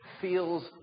feels